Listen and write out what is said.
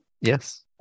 Yes